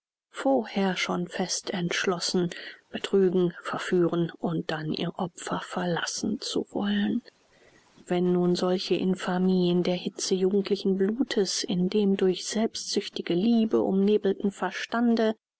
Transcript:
vorher schon fest entschlossen betrügen verführen und dann ihr opfer verlassen zu wollen wenn nun solche infamie in der hitze jugendlichen blutes in dem durch selbstsüchtige liebe umnebelten verstande